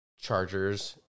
Chargers